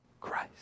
Christ